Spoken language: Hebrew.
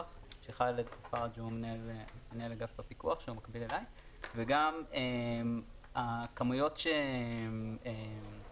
שאחראי על זה פרג'ון מנהל אגף הפיקוח וגם הכמויות שהתקן